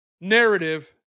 narrative